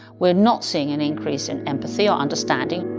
we're not seeing an increase in empathy or understanding.